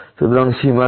সুতরাং সীমা কি